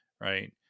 right